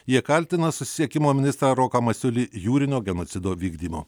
jie kaltina susisiekimo ministrą roką masiulį jūrinio genocido vykdymo